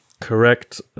correct